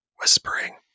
whispering